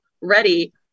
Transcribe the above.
ready